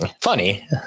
funny